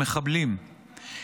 המחבלים,